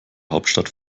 hauptstadt